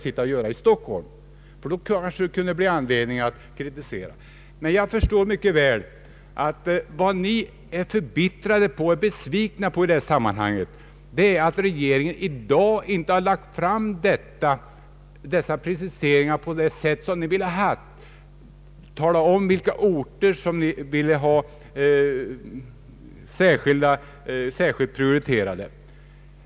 Jag förstår mycket väl att ni i det här sammanhanget är både förbittrade och besvikna över att regeringen inte i dag har lagt fram de preciseringar ni Önskat. Tala om vilka orter ni vill ha särskilt prioriterade!